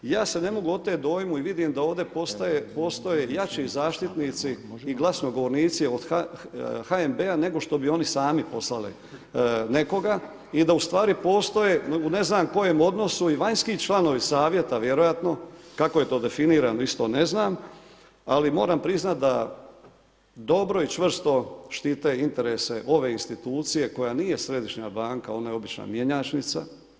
I ja se ne mogu oteti dojmu i vidim da ovdje postoje jači zaštitnici i glasnogovornici od HNB-a nego što bi oni sami poslali nekoga i da ustvari postoje u ne znam kojem odnosu i vanjski članovi savjeta, vjerojatno kako je to definirano, isto ne znam ali moram priznati da dobro i čvrsto štite interese ove institucije koja nije središnja banka, ona je obična mjenjačnica.